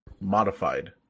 modified